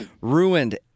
ruined